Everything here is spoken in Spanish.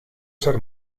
ser